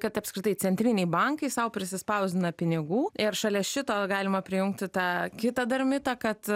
kad apskritai centriniai bankai sau prisispausdina pinigų ir šalia šito galima prijungti tą kitą dar mitą kad